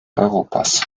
europas